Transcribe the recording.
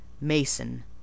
Mason